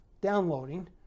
downloading